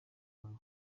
bawe